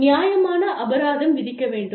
நியாயமான அபராதம் விதிக்க வேண்டும்